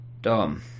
Dom